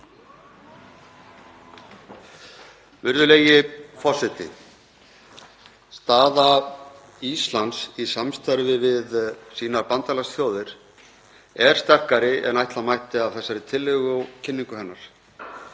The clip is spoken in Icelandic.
Virðulegi forseti. Staða Íslands í samstarfi við bandalagsþjóðir sínar er sterkari en ætla mætti af þessari tillögu og kynningu hennar.